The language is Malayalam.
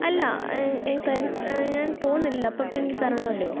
അല്ല ഞാൻ പോകുന്നില്ല അപ്പോൾ പിന്നെ എനിക്ക് തരണമല്ലോ